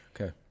okay